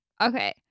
okay